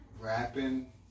rapping